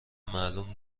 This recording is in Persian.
معلوم